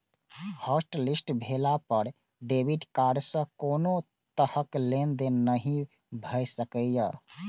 hotlist भेला पर debit card सं कोनो तरहक लेनदेन नहि भए सकैए